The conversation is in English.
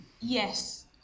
Yes